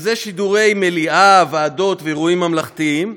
שזה שידורי מליאה, ועדות ואירועים ממלכתיים,